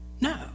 No